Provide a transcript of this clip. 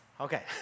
Okay